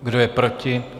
Kdo je proti?